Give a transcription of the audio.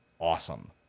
awesome